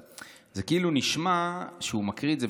זה כאילו נשמע שהוא מקריא את זה,